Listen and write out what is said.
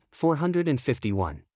451